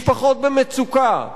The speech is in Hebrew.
משפחות במצוקה,